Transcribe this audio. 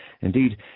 Indeed